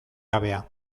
gabea